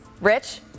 Rich